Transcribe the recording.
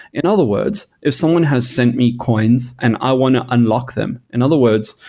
in other words, if someone has sent me coins and i want to unlock them, in other words,